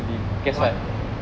what